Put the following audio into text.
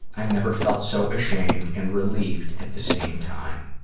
i never felt so ashamed and relieved at the same time.